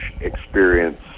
experience